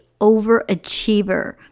overachiever